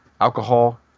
alcohol